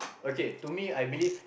okay to me I believe